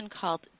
called